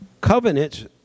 covenants